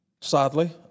sadly